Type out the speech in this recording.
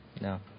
No